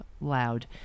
loud